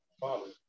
father